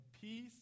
peace